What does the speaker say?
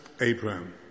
Abraham